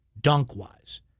dunk-wise